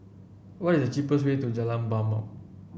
what is the cheapest way to Jalan Mamam